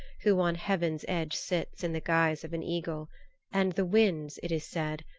who on heaven's edge sits in the guise of an eagle and the winds, it is said,